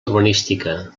urbanística